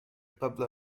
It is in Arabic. قبل